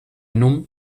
núm